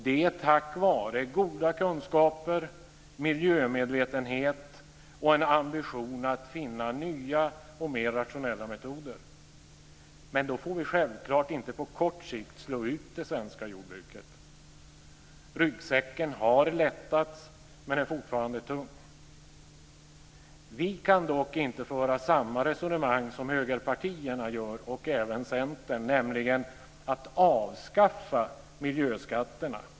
Detta tack vare goda kunskaper, miljömedvetenhet och en ambition att finna nya och mer rationella metoder. Men då får vi självklart inte på kort sikt slå ut det svenska jordbruket. Ryggsäcken har lättats, men den är fortfarande tung. Vi kan dock inte ansluta oss till det resonemang som högerpartierna och även Centern för om att avskaffa miljöskatterna.